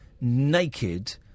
naked